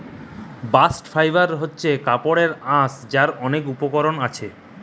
bast fibre হচ্ছে কাপড়ের আঁশ যার অনেক উপকরণ আছে